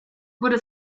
wurde